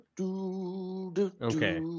Okay